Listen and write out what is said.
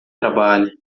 trabalha